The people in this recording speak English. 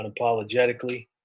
unapologetically